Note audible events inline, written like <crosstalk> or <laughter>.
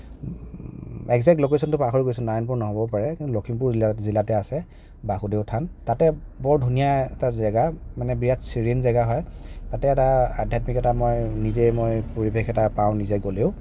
bike চাইক লৈ গৈছিলোতো পাহৰি গৈছো নাৰায়ণপুৰ নহবও পাৰে <unintelligible> লক্ষীমপুৰ জিলা জিলাতে আছে বাসুদেৱ থান তাতে বৰ ধুনীয়া এটা জেগা মানে বিৰাট ছিৰেইন জেগা হয় তাতে এটা আধ্যাত্মিকতা মই নিজে মই পৰিৱেশ এটা পাওঁ নিজে গ'লেও